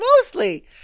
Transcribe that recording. Mostly